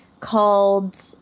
called